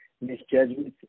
misjudgments